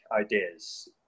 Ideas